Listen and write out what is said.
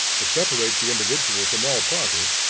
it separates the individual from all party,